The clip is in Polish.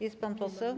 Jest pan poseł?